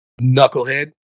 knucklehead